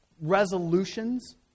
resolutions